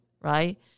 right